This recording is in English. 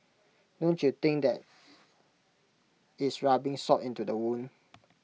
don't you think that is rubbing salt into the wound